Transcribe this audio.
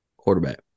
quarterback